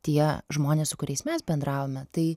tie žmonės su kuriais mes bendravome tai